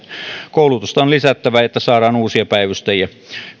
koulutusta on lisättävä jotta saadaan uusia päivystäjiä